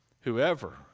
whoever